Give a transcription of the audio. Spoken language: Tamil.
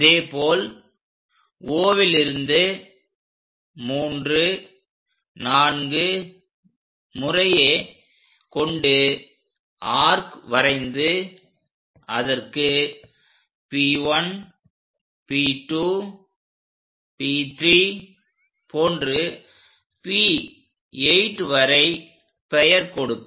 அதேபோல் Oலிருந்து 34 முறையே கொண்டு ஆர்க் வரைந்து அதற்கு P1P2P3 போன்று P8 வரை பெயர் கொடுக்க